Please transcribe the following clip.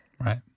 Right